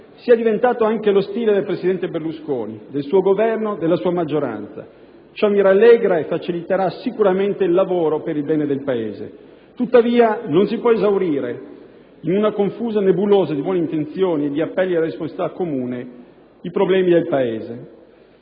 sia diventato anche lo stile del presidente Berlusconi, del suo Governo e della sua maggioranza. Ciò mi rallegra e faciliterà sicuramente il lavoro per il bene del Paese. Tuttavia, non si possono esaurire in una confusa nebulosa di buone intenzioni e di appelli alla responsabilità comune i problemi del Paese.